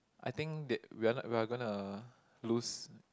I think that we are we are gonna lose